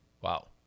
wow